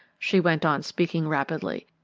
she went on speaking rapidly.